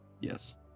Yes